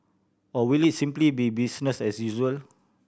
or will it simply be business as usual